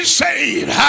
saved